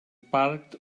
parked